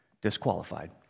disqualified